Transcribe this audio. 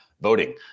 voting